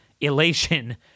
elation